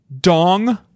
Dong